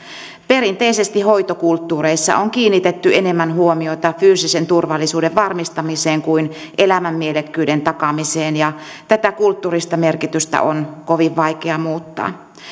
perinteisesti hoitokulttuureissa on kiinnitetty enemmän huomiota fyysisen turvallisuuden varmistamiseen kuin elämän mielekkyyden takaamiseen ja tätä kulttuurista merkitystä on kovin vaikea muuttaa